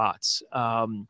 spots